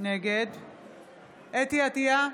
נגד חוה אתי עטייה,